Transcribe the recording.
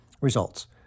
Results